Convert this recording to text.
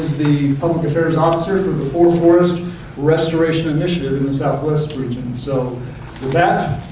the public affairs officer for the four forests restoration initiative in the southwest region. so, with that,